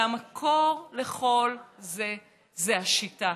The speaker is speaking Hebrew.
והמקור לכל זה זו השיטה.